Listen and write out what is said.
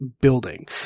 building